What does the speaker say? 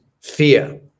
fear